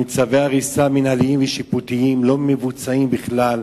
עם צווי הריסה מינהליים ושיפוטיים שלא מבוצעים בכלל,